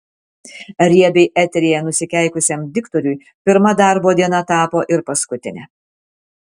riebiai eteryje nusikeikusiam diktoriui pirma darbo diena tapo ir paskutine